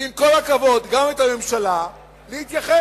ועם כל הכבוד גם את הממשלה, להתייחס.